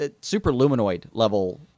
super-luminoid-level